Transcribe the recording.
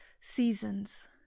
seasons